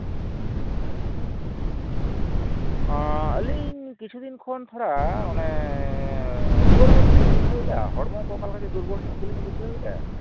ᱟᱹᱞᱤᱧ ᱠᱤᱪᱷᱩ ᱫᱤᱱ ᱠᱷᱚᱱ ᱛᱷᱚᱲᱟ ᱚᱱᱮ ᱨᱩᱣᱟᱹ ᱨᱩᱣᱟᱹ ᱠᱚᱞᱤᱧ ᱵᱩᱡᱷᱟᱹᱣᱮᱫᱼᱟ ᱦᱚᱲᱢᱚ ᱚᱠᱟᱞᱮᱠᱟ ᱪᱚ ᱫᱩᱨᱵᱚᱞ ᱧᱚᱜ ᱜᱮᱞᱤᱧ ᱵᱩᱡᱷᱟᱹᱣᱮᱫᱼᱟ